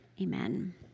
Amen